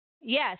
Yes